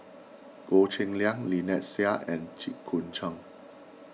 Goh Cheng Liang Lynnette Seah and Jit Koon Ch'ng